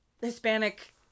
Hispanic